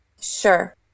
Sure